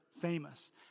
famous